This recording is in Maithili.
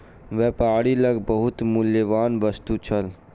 व्यापारी लग बहुत मूल्यवान वस्तु छल